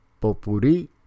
Popuri